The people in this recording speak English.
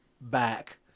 back